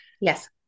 yes